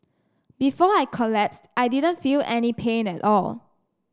before I collapsed I didn't feel any pain at all